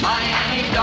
Miami